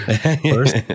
First